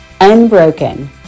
Unbroken